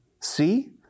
See